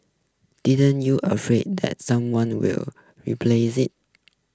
didn't you afraid that someone will replace it